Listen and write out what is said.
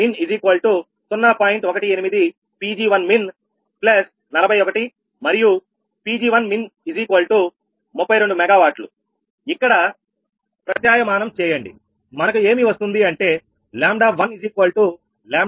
18 Pg1min41 మరియు Pg1min32 MW ఇక్కడ ప్రత్యాయ మానం చేయండి మనకు ఏమి వస్తుంది అంటే 𝜆1 𝜆1𝑚in46